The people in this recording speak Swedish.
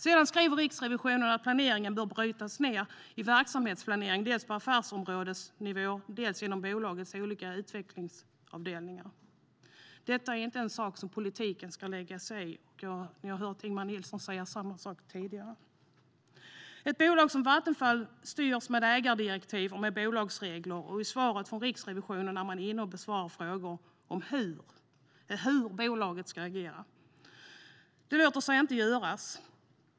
Sedan skriver Riksrevisionen att planeringen bör brytas ned i verksamhetsplanering dels på affärsområdesnivå, dels inom bolagets olika utvecklingsavdelningar. Det är inte en sak som politiken ska lägga sig i. Vi har hört Ingemar Nilsson säga samma sak tidigare. Ett bolag som Vattenfall styrs med ägardirektiv och bolagsregler, men i svaret från Riksrevisionen är man inne och besvarar frågor om hur bolaget ska agera. Det låter sig inte göras.